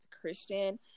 Christian